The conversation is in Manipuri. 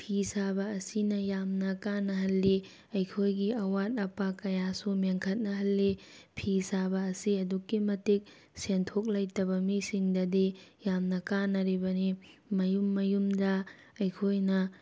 ꯐꯤ ꯁꯥꯕ ꯑꯁꯤꯅ ꯌꯥꯝꯅ ꯀꯥꯟꯅꯍꯜꯂꯤ ꯑꯩꯈꯣꯏꯒꯤ ꯑꯋꯥꯠ ꯑꯄꯥ ꯀꯌꯥꯁꯨ ꯃꯦꯟꯈꯠꯅꯍꯜꯂꯤ ꯐꯤ ꯁꯥꯕ ꯑꯁꯤ ꯑꯗꯨꯛꯀꯤ ꯃꯇꯤꯛ ꯁꯦꯟꯊꯣꯛ ꯂꯩꯇꯕ ꯃꯤꯁꯤꯡꯗꯗꯤ ꯌꯥꯝꯅ ꯀꯥꯟꯅꯔꯤꯕꯅꯤ ꯃꯌꯨꯝ ꯃꯌꯨꯝꯗ ꯑꯩꯈꯣꯏꯅ